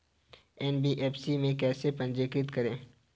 NBFC में कैसे पंजीकृत करें?